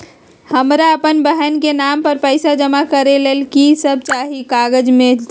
हमरा अपन बहन के नाम पर पैसा जमा करे ला कि सब चाहि कागज मे?